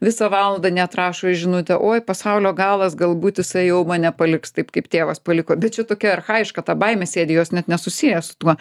visą valandą neatrašo į žinutę oi pasaulio galas galbūt jisai jau mane paliks taip kaip tėvas paliko bet čia tokia archajiška ta baimė sėdi jos net nesusiję su tuo